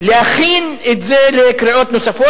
להכין את זה לקריאות נוספות.